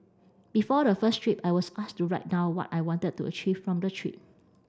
before the first trip I was asked to write down what I wanted to achieve from the trip